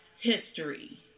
history